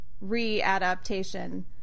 re-adaptation